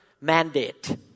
mandate